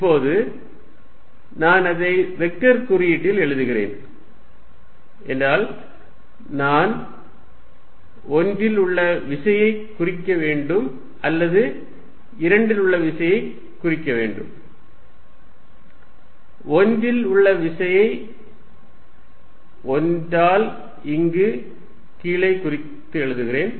இப்போது நான் அதை வெக்டர் குறியீட்டில் எழுதுகிறேன் என்றால் நான் 1 இல் உள்ள விசையைக் குறிக்க வேண்டும் அல்லது 2 இல் உள்ள விசையைக் குறிக்க வேண்டும் 1 இல் உள்ள விசையை 1 ஆல் இங்கு கீழே குறித்து எழுதுவோம்